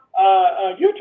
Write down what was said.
YouTube